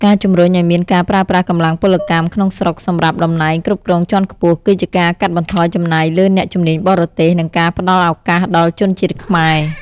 ការជំរុញឱ្យមានការប្រើប្រាស់កម្លាំងពលកម្មក្នុងស្រុកសម្រាប់តំណែងគ្រប់គ្រងជាន់ខ្ពស់ គឺជាការកាត់បន្ថយចំណាយលើអ្នកជំនាញបរទេស និងការផ្ដល់ឱកាសដល់ជនជាតិខ្មែរ។